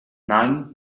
nein